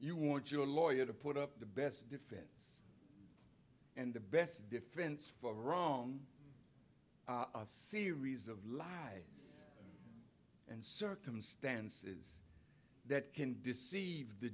you want your lawyer to put up the best defense and the best defense for wrong a series of lives and circumstances that can deceive the